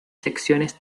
secciones